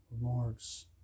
remarks